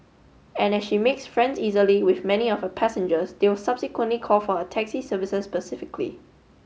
and as she makes friends easily with many of her passengers they will subsequently call for her taxi services specifically